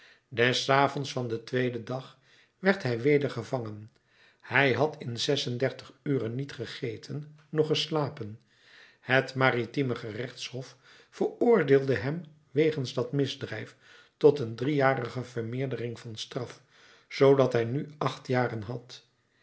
des avonds van den tweeden dag werd hij weder gevangen hij had in zes-en-dertig uren niet gegeten noch geslapen het maritime gerechtshof veroordeelde hem wegens dat misdrijf tot een driejarige vermeerdering van straf zoodat hij nu acht jaren had